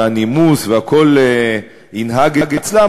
והנימוס והכול ינהג אצלם,